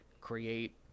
create